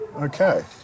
Okay